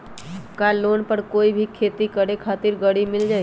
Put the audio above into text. का लोन पर कोई भी खेती करें खातिर गरी मिल जाइ?